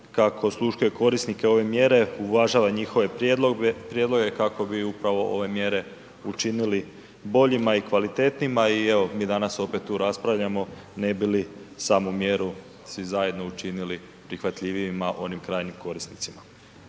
kako osluškuje korisnike ove mjere, uvažava njihove prijedloge kako bi upravo ove mjere učinili boljima i kvalitetnijima. I evo mi danas opet tu raspravljamo ne bi li samu mjeru svi zajedno učinili prihvatljivijima onim krajnjim korisnicima.